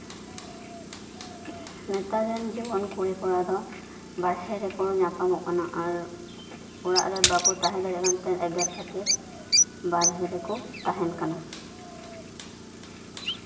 ᱱᱮᱛᱟᱨ ᱨᱮᱱ ᱡᱮᱢᱚᱱ ᱠᱩᱲᱤ ᱠᱚᱲᱟ ᱫᱚ ᱵᱟᱨᱦᱮ ᱨᱮᱠᱚ ᱧᱟᱯᱟᱢᱚᱜ ᱠᱟᱱᱟ ᱟᱨ ᱚᱲᱟᱜ ᱨᱮ ᱵᱚᱠᱚ ᱛᱟᱦᱮᱸ ᱫᱟᱲᱮᱭᱟᱜ ᱠᱟᱱᱛᱮ ᱮᱜᱮᱨ ᱠᱷᱟᱹᱛᱤᱨ ᱵᱟᱨᱦᱮ ᱨᱮᱠᱚ ᱛᱟᱦᱮᱸᱱ ᱠᱟᱱᱟ